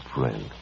friend